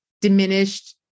diminished